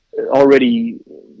already